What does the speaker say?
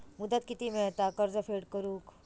मुदत किती मेळता कर्ज फेड करून?